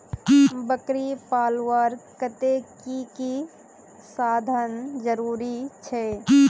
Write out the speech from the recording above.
बकरी पलवार केते की की साधन जरूरी छे?